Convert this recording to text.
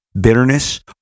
bitterness